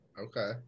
Okay